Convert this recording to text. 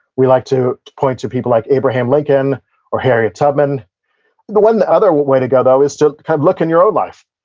we like to point to people like abraham lincoln or harriet tubman the one other way to go though is to kind of look in your own life,